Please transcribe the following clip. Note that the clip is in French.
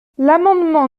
l’amendement